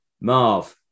Marv